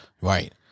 Right